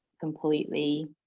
completely